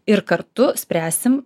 ir kartu spręsim